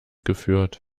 geführt